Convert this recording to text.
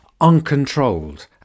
uncontrolled